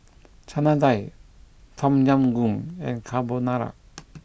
Chana Dal Tom Yam Goong and Carbonara